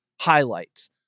highlights